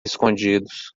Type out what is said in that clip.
escondidos